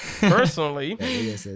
Personally